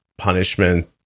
punishment